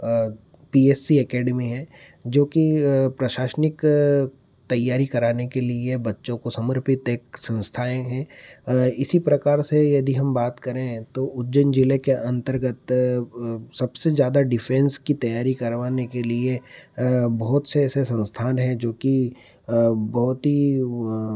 और P S C academy है जो कि प्रशासनिक तैयारी कराने के लिए बच्चों को समर्पित एक संस्थाएँ हैं इसी प्रकार से यदि हम बात करें तो उज्जैन जिले के अंतर्गत सबसे ज्यादा डिफेन्स की तैयारी करवाने के लिए बहुत से ऐसे संस्थान हैं जो कि बहुत ही